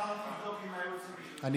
מחר תבדוק עם הייעוץ המשפטי.